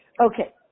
Okay